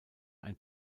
ein